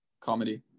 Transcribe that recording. Comedy